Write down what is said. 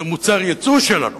זה מוצר יצוא שלנו.